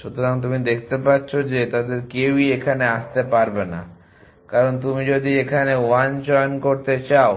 সুতরাং তুমি দেখতে পাচ্ছ যে তাদের কেউই এখানে আসতে পারবে না কারণ তুমি যদি এখানে 1 চয়ন করতে চাও